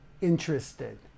interested